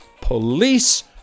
police